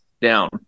down